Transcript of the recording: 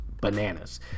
bananas